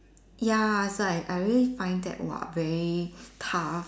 ya so I I really find that !wah! very tough